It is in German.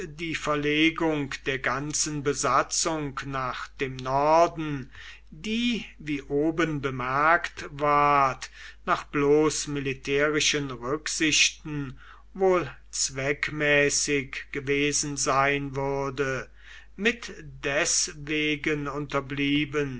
die verlegung der ganzen besatzung nach dem norden die wie oben bemerkt ward nach bloß militärischen rücksichten wohl zweckmäßig gewesen sein würde mit deswegen unterblieben